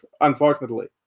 unfortunately